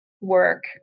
work